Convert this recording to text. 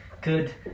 good